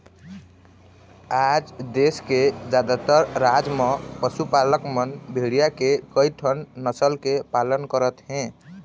आज देश के जादातर राज म पशुपालक मन भेड़िया के कइठन नसल के पालन करत हे